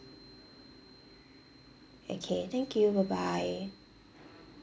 okay thank you bye bye